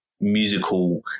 musical